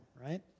right